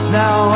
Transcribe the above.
now